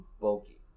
bulky